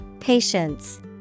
Patience